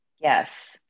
yes